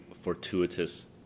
fortuitous